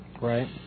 Right